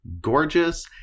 Gorgeous